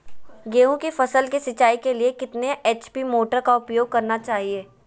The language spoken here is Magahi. गेंहू की फसल के सिंचाई के लिए कितने एच.पी मोटर का उपयोग करना चाहिए?